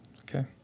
okay